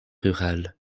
rural